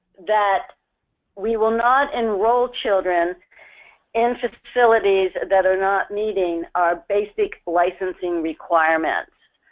that we will not enroll children in facilities that are not meeting our basic licensing requirements.